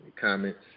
comments